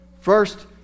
First